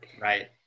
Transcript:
Right